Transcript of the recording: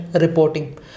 reporting